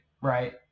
right